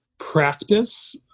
practice